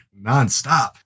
nonstop